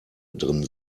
drin